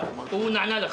אמרת והוא נענה לך.